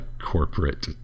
corporate